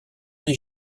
les